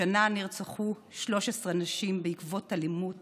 השנה נרצחו 13 נשים בעקבות אלימות